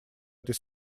этой